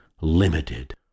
limited